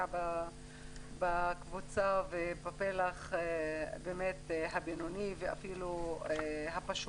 פוגע בפלח הבינוני ואפילו הפשוט.